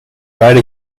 write